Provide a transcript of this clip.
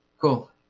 cool